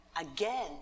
again